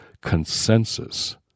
consensus